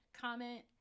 comment